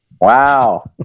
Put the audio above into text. Wow